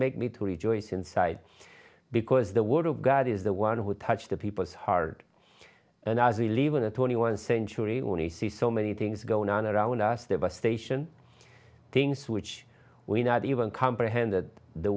makes me to rejoice inside because the word of god is the one who touched the people's heart and as we live in the twenty one century when we see so many things going on around us there's a station things which we not even comprehend that the